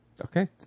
Okay